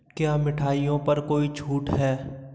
क्या मिठाईओं पर कोई छूट है